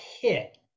hit